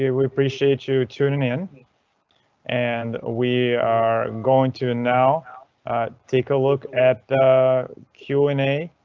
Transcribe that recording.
ah we appreciate you tuning in and we are going to and now take a look at the q and a.